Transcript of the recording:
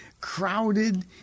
crowded